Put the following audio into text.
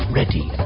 ready